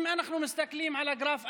אם אנחנו מסתכלים על הגרף,